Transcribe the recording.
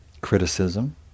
criticism